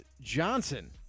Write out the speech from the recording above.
Johnson